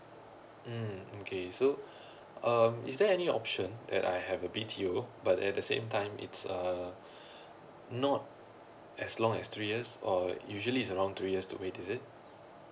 mm okay so um is there any option that I have a B_T_O but at the same time it's uh not as long as three years or usually is around two years to wait is it